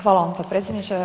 Hvala vam potpredsjedniče.